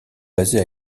basée